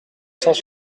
cent